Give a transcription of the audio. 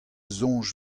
soñj